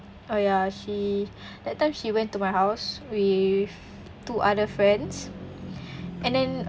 oh ya she that time she went to my house with two other friends and then